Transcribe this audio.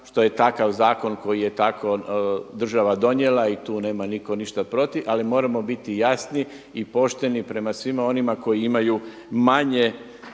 što je takav zakon koji je tako država donijela i tu nema nitko ništa protiv ali moramo biti jasni i pošteni prema svima onima koji imaju manje